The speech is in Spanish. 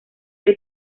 del